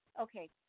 Okay